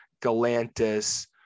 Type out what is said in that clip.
Galantis